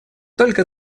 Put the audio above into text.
только